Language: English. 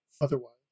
otherwise